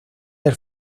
del